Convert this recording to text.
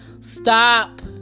Stop